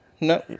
No